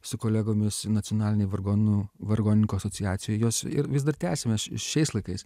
su kolegomis nacionalinė vargonų vargonininkų asociacijoj jos ir vis dar tęsiam mes ši šiais laikais